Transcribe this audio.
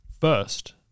first